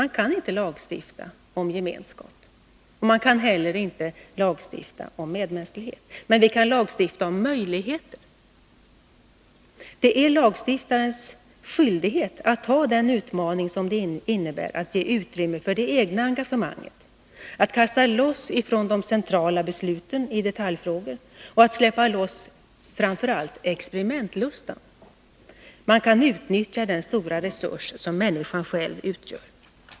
Man kan inte lagstifta om gemenskap, och man kan inte heller lagstifta om medmänsklighet. Men vi kan lagstifta om möjligheter. Det är lagstiftarens skyldighet att ta den utmaning som det innebär att ge utrymme för det egna engagemanget, att kasta loss från de centrala besluten i detaljfrågor och att släppa loss framför allt experimentlustan — man kan utnyttja den stora resurs som människan själv utgör.